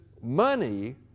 money